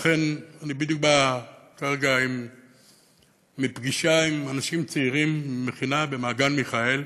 אני בדיוק בא כרגע מפגישה עם אנשים צעירים ממכינה במעגן-מיכאל,